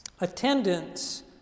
Attendance